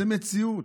זאת מציאות.